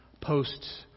posts